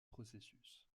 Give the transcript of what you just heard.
processus